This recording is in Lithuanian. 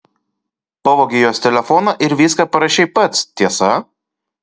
pavogei jos telefoną ir viską parašei pats tiesa